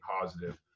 positive